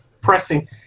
pressing